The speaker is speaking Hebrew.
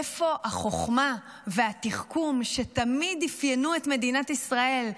איפה החוכמה והתחכום שתמיד אפיינו את מדינת ישראל,